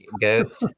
goats